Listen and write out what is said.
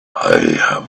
have